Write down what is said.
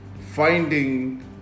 finding